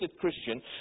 Christian